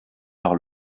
par